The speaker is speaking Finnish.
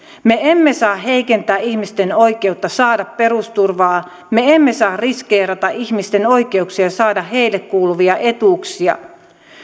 me emme saa heikentää ihmisten oikeutta saada perusturvaa me emme saa riskeerata ihmisten oikeuksia saada heille kuuluvia etuuksia